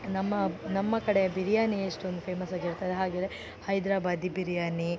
ನಮ್ಮ ನಮ್ಮ ಕಡೆ ಬಿರಿಯಾನಿ ಎಷ್ಟೊಂದು ಫೇಮಸ್ ಆಗಿರ್ತದೆ ಹಾಗೆಯೇ ಹೈದ್ರಬಾದಿ ಬಿರಿಯಾನಿ